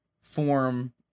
form